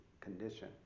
condition